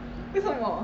为什么